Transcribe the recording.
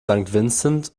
vincent